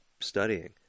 studying